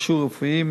מכשור רפואי,